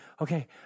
okay